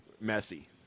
messy